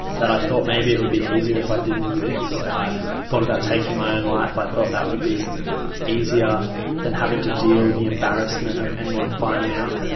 that i thought maybe it would be easier if i didn't exist. i thought about taking my own life, i thought that would be easier than having to deal with the embarrassment of anyone finding out.